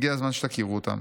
הגיע הזמן שתכירו אותם".